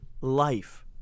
life